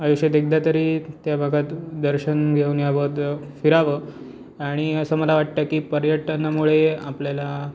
आयुष्यात एकदा तरी त्या भागात दर्शन घेऊन यावं फिरावं आणि असं मला वाटतं की पर्यटनामुळे आपल्याला